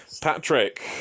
Patrick